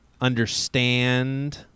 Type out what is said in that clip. understand